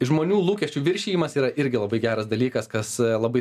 žmonių lūkesčių viršijimas yra irgi labai geras dalykas kas labai